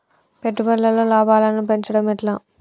పెట్టుబడులలో లాభాలను పెంచడం ఎట్లా?